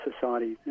society